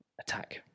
attack